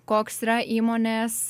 koks yra įmonės